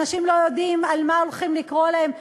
אנשים לא יודעים על מה הולכים לקרוא להם,